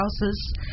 houses